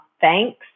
thanks